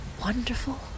wonderful